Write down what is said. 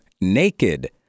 naked